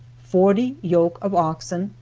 forty yoke of oxen,